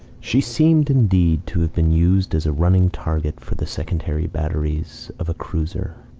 she seemed, indeed, to have been used as a running target for the secondary batteries of a cruiser.